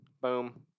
boom